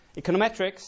Econometrics